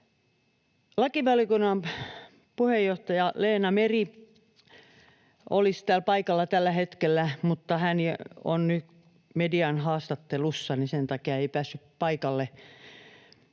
Lakivaliokunnan puheenjohtaja Leena Meri olisi täällä paikalla tällä hetkellä, mutta hän on nyt median haastattelussa eikä sen takia päässyt paikalle.